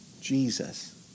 Jesus